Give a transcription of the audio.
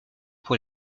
pour